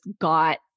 got